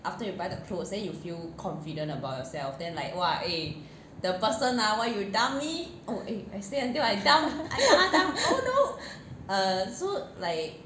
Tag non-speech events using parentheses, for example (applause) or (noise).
(laughs)